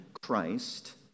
Christ